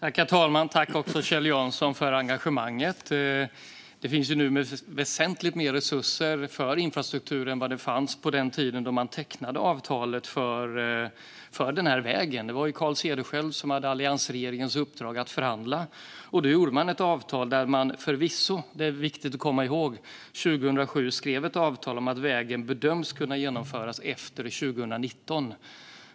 Herr talman! Tack för engagemanget, Kjell Jansson! Det finns nu väsentligt mer resurser för infrastruktur än vad det fanns på den tiden då man tecknade avtalet för den här vägen. Det var Carl Cederschiöld som hade alliansregeringens uppdrag att förhandla, och 2007 skrev man ett avtal där man förvisso - det är viktigt att komma ihåg - bedömde att vägen skulle kunna genomföras efter 2019.